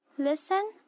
Listen